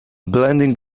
blending